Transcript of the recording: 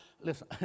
listen